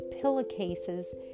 pillowcases